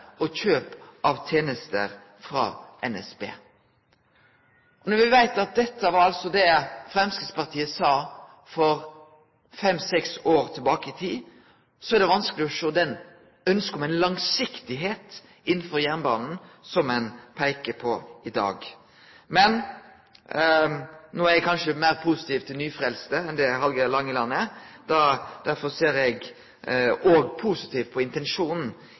og kjøp av tjenester fra NSB». Når me veit at Framstegspartiet sa dette for fem–seks år sidan, er det vanskeleg å sjå det ønsket om langsiktigheit innanfor jernbanen som ein peiker på i dag. Men no er eg kanskje meir positiv til nyfrelste enn det representanten Hallgeir H. Langeland er, derfor ser eg òg positivt på intensjonen